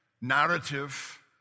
narrative